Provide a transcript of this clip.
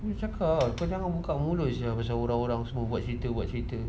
dia cakap kau jangan buka mulut sia pasal orang-orang semua buat cerita buat cerita